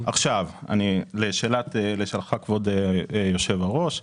לשאלתך כבוד יושב-הראש,